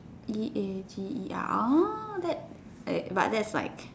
B A G E R orh that's but that's like